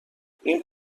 این